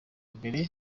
mbere